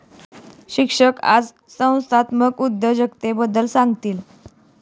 शिक्षक आज संस्थात्मक उद्योजकतेबद्दल सांगतील